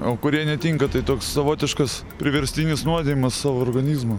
o kurie netinka tai toks savotiškas priverstinis nuodijimas savo organizmo